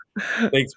thanks